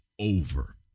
over